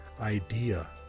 idea